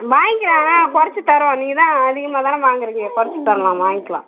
வாங்கிக்கலாங்க கொறச்சு தரோம் நீங்கள் தான் அதிகமாக தானே வாங்குறீங்க கொறச்சு தரலாம் வாங்கிக்கலாம்